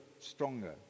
stronger